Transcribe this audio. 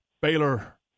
Baylor